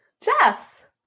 Jess